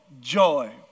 joy